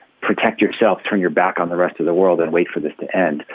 protect yourself, turn your back on the rest of the world and wait for this to end.